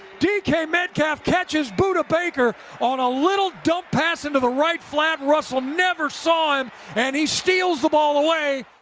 dk metcalf catches buddha baker on a little dump pass into the right flat russell, never saw him and he steals the ball away.